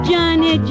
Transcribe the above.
Johnny